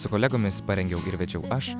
su kolegomis parengiau ir vedžiau aš